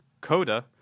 Coda